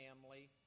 family